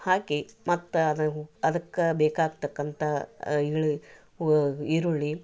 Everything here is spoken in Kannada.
ಹಾಕಿ ಮತ್ತೆ ಅದು ಅದಕ್ಕೆ ಬೇಕಾಗ್ತಕ್ಕಂಥ ಈರುಳಿ ಈರುಳ್ಳಿ